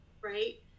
right